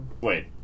Wait